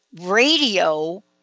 radio